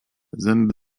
zęby